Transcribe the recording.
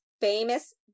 famous